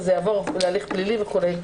וזה יעבור להליך פלילי וכולי.